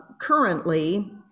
currently